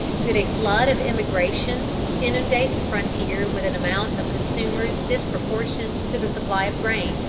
did a flood of emigration inundate the frontier, with an amount of consumers disproportioned to the supply of grain,